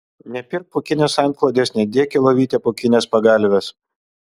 nepirk pūkinės antklodės nedėk į lovytę pūkinės pagalvės